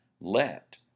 let